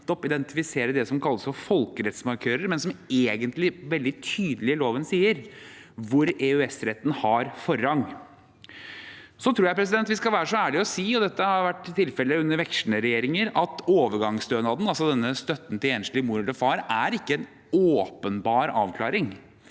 identifisere det som kalles folkerettsmarkører, men som egentlig veldig tydelig i loven sier hvor EØS-retten har forrang. Jeg tror vi skal være så ærlig å si – og dette har vært tilfellet under vekslende regjeringer – at overgangsstønaden, altså denne støtten til enslig mor eller far, ikke er en åpenbar avklaring.